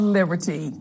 Liberty